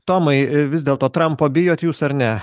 tomai vis dėl to trampo bijot jūs ar ne